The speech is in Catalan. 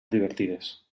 divertides